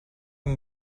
amb